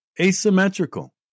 Asymmetrical